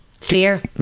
Fear